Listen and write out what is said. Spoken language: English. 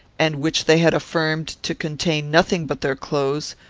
and which they had affirmed to contain nothing but their clothes,